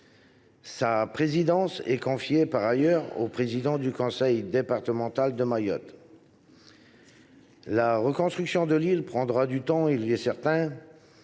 la présidence est confiée par ailleurs au président du conseil départemental de Mayotte. La reconstruction de l’île prendra du temps, c’est certain,